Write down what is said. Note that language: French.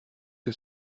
que